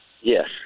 yes